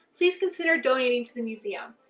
please consider donating to the museum.